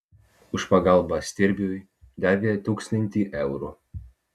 už pagalbą stirbiui davė tūkstantį eurų